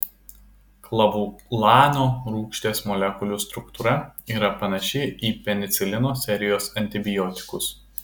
klavulano rūgšties molekulių struktūra yra panaši į penicilino serijos antibiotikus